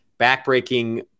backbreaking